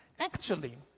actually,